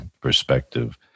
perspective